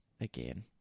again